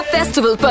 Festival